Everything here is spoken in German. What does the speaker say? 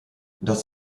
das